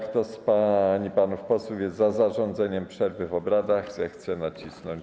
Kto z pań i panów posłów jest za zarządzeniem przerwy w obradach, zechce nacisnąć